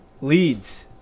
leads